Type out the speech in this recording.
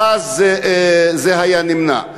זה היה נמנע.